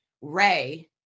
Ray